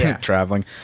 traveling